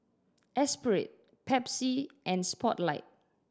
Espirit Pepsi and Spotlight